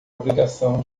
obrigação